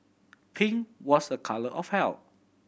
pink was a colour of health